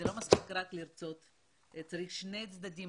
זה לא מספיק רק לרצות אלא שני הצדדים